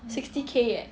sixty K eh